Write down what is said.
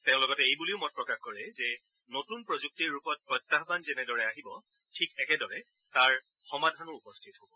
তেওঁ লগতে এই বুলিও মত প্ৰকাশ কৰে যে নতুন প্ৰযুক্তিৰ ৰূপত প্ৰত্যাহ্বান যেনেদৰে আহিব ঠিক একেদৰে তাৰ সমাধানো উপস্থিত হ'ব